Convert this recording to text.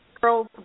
girls